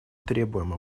требуемое